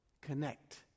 connect